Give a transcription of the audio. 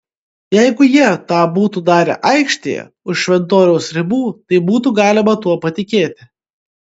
jeigu jie tą būtų darę aikštėje už šventoriaus ribų tai būtų galima tuo patikėti